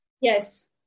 Yes